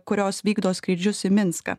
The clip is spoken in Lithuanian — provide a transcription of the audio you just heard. kurios vykdo skrydžius į minską